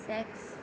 sex